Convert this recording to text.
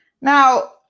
Now